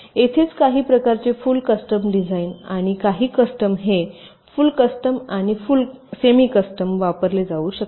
येथेच काही प्रकारचे फुल कस्टम डिझाइन किंवा काही कस्टम हे फुल कस्टम आणि सेमी कस्टम वापरले जाऊ शकते